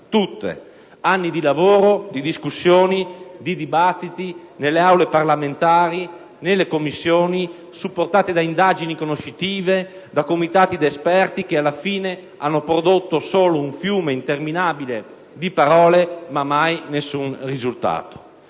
Tutte. Anni di lavoro, di discussioni, di dibattiti nelle Aule parlamentari, nelle Commissioni, supportati da indagini conoscitive, da comitati di esperti, alla fine hanno prodotto solo un fiume interminabile di parole, ma mai nessun risultato.